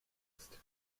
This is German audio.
ist